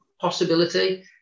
possibility